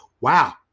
Wow